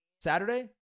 Saturday